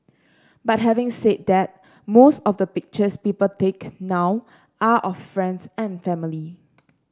but having said that most of the pictures people take now are of friends and family